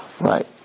Right